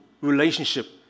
relationship